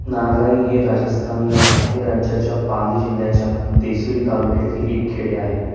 नारलाई हे राजस्थान या भारतीय राज्याच्या पाली जिल्ह्याच्या देसुरी तालुक्यातील एक खेडे आहे